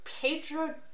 Pedro